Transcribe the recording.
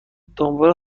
دنبال